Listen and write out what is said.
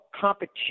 competition